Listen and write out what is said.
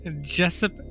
Jessup